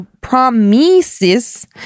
Promises